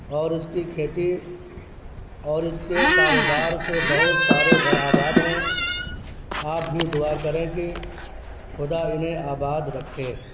اور اس کی کھیتی اور اس کے کاروبار سے بہت سارے گھر آباد ہیں آپ بھی دعا کریں کہ خدا انہیں آباد رکھے